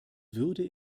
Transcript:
würde